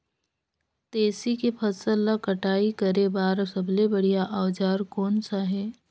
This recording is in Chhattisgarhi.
तेसी के फसल ला कटाई करे बार सबले बढ़िया औजार कोन सा हे?